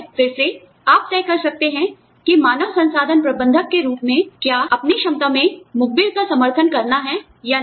फिर से आप तय कर सकते हैं कि मानव संसाधन प्रबंधक के रूप में क्या अपनी क्षमता में मुखबिर का समर्थन करना है या नहीं